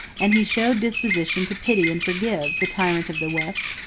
and he showed disposition to pity and forgive, the tyrant of the west,